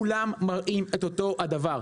כולם מראים את אותו הדבר,